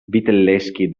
vitelleschi